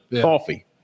coffee